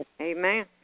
Amen